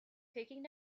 taking